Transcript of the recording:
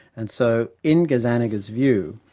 and so in gazzaniga's view,